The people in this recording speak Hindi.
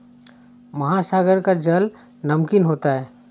महासागर का जल नमकीन होता है